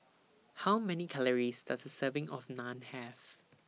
How Many Calories Does A Serving of Naan Have